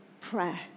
prayer